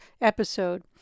episode